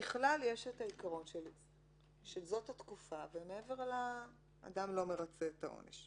ככלל יש העיקרון שזאת התקופה ומעבר לה אדם לא מרצה את העונש.